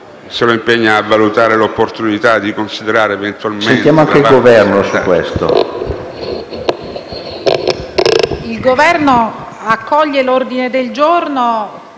di un impegno «a valutare l'opportunità di considerare eventualmente».